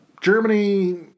Germany